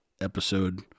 episode